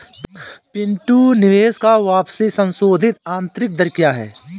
पिंटू निवेश का वापसी संशोधित आंतरिक दर क्या है?